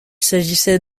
s’agissait